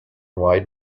wide